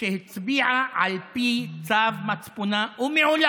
שהצביעה על פי צו מצפונה, ומעולם